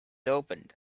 opened